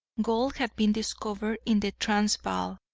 gold had been discovered in the transvaal,